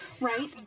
Right